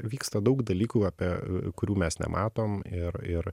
vyksta daug dalykų apie kurių mes nematom ir ir